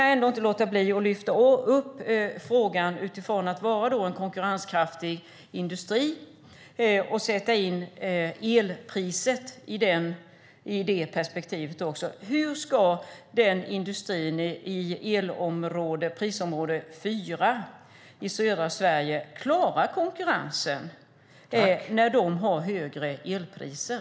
Jag kan inte låta bli att utifrån detta med en konkurrenskraftig industri lyfta fram elpriset i det perspektivet. Hur ska industrin i prisområde 4 i södra Sverige klara konkurrensen när man där har högre elpriser?